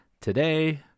Today